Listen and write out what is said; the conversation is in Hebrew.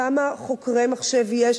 כמה חוקרי מחשב יש,